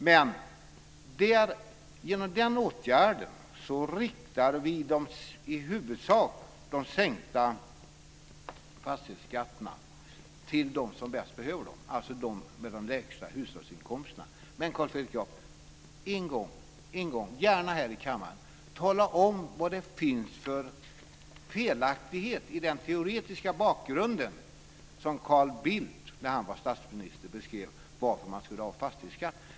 Men genom den åtgärden riktar vi i huvudsak de sänkta fastighetsskatterna till dem som bäst behöver dem, alltså till dem med de lägsta hushållsinkomsterna. Men, Carl Fredrik Graf, tala om - gärna här i kammaren - vad det finns för felaktighet i den teoretiska bakgrund som Carl Bildt när han var statsminister gav till att man skulle ha fastighetsskatt.